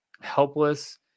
helpless